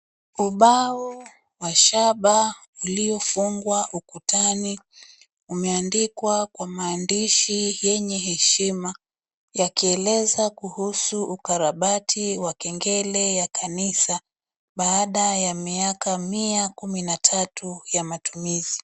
Ubao wa shaba uliofungwa ukutani, umeandikwa kwa maandishi yenye heshima yakieleza kuhusu ukarabati wa kengele ya kanisa baada ya miaka mia kumi na tatu ya matumizi.